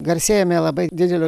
garsėjome labai dideliu